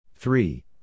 Three